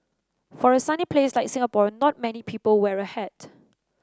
for a sunny place like Singapore not many people wear a hat